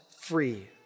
free